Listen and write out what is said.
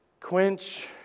quench